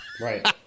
right